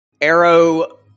Arrow